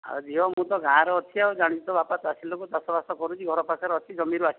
ଆଉ ଝିଅ ମୁଁ ତ ଗାଁରେ ଅଛି ଆଉ ଜାଣିଛୁ ତ ତୋ ବାପା ଚାଷୀ ଲୋକ ଚାଷବାସ କରୁଛି ଘର ପାଖରେ ଅଛି ଜମିରୁ ଆସିଛି